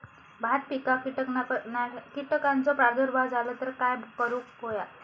भात पिकांक कीटकांचो प्रादुर्भाव झालो तर काय करूक होया?